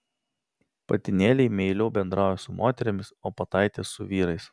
patinėliai meiliau bendrauja su moterimis o pataitės su vyrais